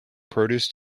produce